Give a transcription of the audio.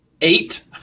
Eight